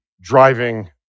driving